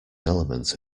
element